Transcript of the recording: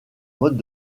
modes